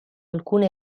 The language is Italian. alcune